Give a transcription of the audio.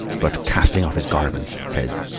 but casting off his garments, it says,